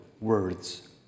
words